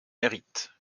hérite